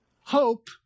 hope